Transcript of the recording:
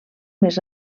més